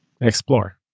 Explore